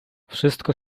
wszystko